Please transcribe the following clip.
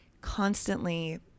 constantly